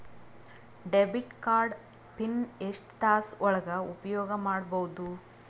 Debit card pin ಎಷ್ಟ ತಾಸ ಒಳಗ ಉಪಯೋಗ ಮಾಡ್ಬಹುದು?